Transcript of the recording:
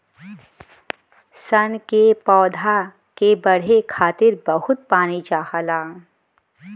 सन के पौधा के बढ़े खातिर बहुत पानी चाहला